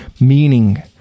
meaning